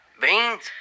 beans